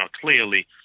clearly